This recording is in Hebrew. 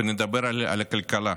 ונדבר על הכלכלה.